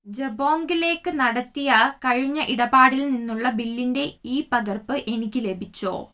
ജബോംഗിലെക്ക് നടത്തിയ കഴിഞ്ഞ ഇടപാടിൽ നിന്നുള്ള ബില്ലിൻ്റെ ഇ പകർപ്പ് എനിക്ക് ലഭിച്ചോ